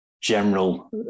general